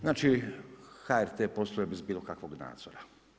Znači HRT posluje bez bilokakvog nadzora.